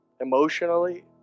emotionally